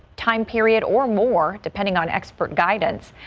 time period or more depending on expert guidance.